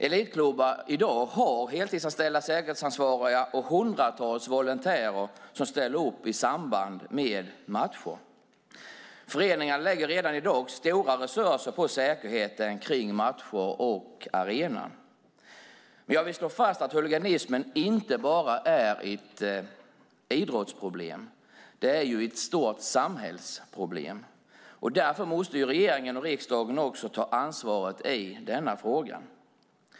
Elitklubbar har i dag heltidsanställda säkerhetsansvariga och hundratals volontärer som ställer upp i samband med matcher. Föreningarna lägger redan i dag stora resurser på säkerheten kring matcher och arenor. Jag vill slå fast att huliganismen inte bara är ett idrottsproblem. Det är ett stort samhällsproblem. Därför måste regeringen och riksdagen också ta ansvaret i denna fråga.